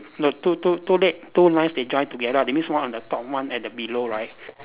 no no too too too late two lines they join together that means one at the top one at the below right